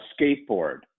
skateboard